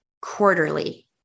quarterly